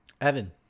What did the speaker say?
Evan